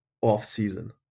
off-season